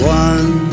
one